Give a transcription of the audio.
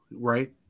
right